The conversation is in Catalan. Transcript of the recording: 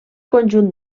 conjunt